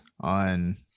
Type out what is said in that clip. on